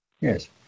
Yes